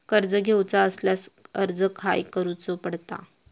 कर्ज घेऊचा असल्यास अर्ज खाय करूचो पडता?